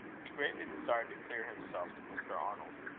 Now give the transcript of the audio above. he greatly desired to clear himself to mr. arnold.